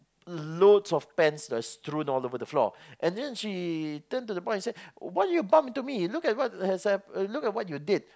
loads of pens were strewn all over the floor and then she turn to the boy and said why you bump into me look at what has happ~ uh look at what you did